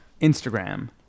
Instagram